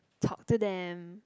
talk to them